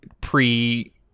pre